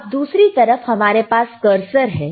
अब दूसरी तरफ हमारे पास करसर है